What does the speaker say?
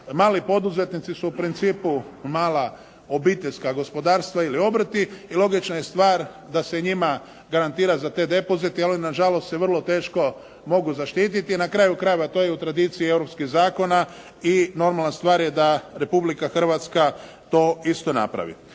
mali poduzetnici su u principu mala obiteljska gospodarstva ili obrti i logična je stvar da se njima garantira za te depozite jer oni na žalost se vrlo teško mogu zaštititi i na kraju krajeva to je u tradiciji europskih zakona i normalna stvar je da Republika Hrvatska to isto napravi.